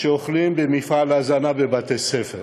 שאוכלים במפעל הזנה בבתי-ספר,